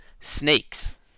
Snakes